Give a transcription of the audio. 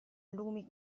lumi